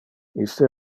iste